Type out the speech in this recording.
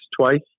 twice